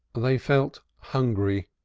they felt hungry,